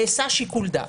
נעשה שיקול דעת,